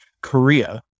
Korea